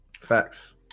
facts